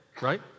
right